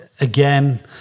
again